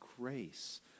grace